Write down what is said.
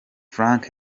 frank